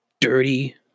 dirty